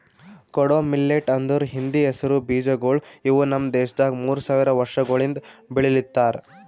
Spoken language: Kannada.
ಕೊಡೋ ಮಿಲ್ಲೆಟ್ ಅಂದುರ್ ಹಿಂದಿ ಹೆಸರು ಬೀಜಗೊಳ್ ಇವು ನಮ್ ದೇಶದಾಗ್ ಮೂರು ಸಾವಿರ ವರ್ಷಗೊಳಿಂದ್ ಬೆಳಿಲಿತ್ತಾರ್